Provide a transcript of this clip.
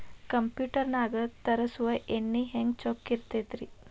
Computer ನಾಗ ತರುಸುವ ಎಣ್ಣಿ ಹೆಂಗ್ ಚೊಕ್ಕ ಇರತ್ತ ರಿ?